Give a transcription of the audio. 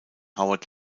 howard